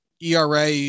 ERA